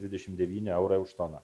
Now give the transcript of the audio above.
dvidešimt devyni eurai už toną